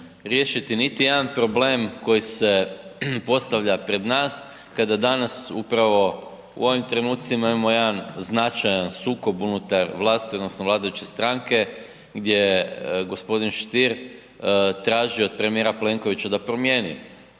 riješiti niti jedan problem koji se postavlja pred nas kada danas upravo u ovim trenucima imamo jedan značajan sukob unutar vlasti odnosno vladajuće stranke, gdje g. Stier traži od premijera Plenkovića da promijeni